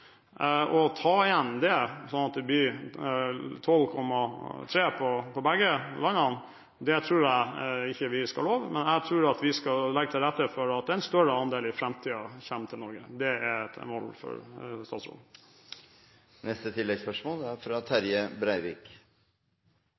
ta igjen det, slik at det blir 12,3 TW i begge landene, tror jeg ikke vi skal love, men vi skal legge til rette for at en større andel i framtiden kommer til Norge. Det er et mål for statsråden. Terje Breivik – til oppfølgingsspørsmål. Eg er